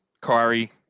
Kyrie